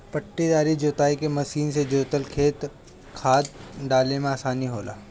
पट्टीदार जोताई के मशीन से जोतल खेत में खाद डाले में आसानी होला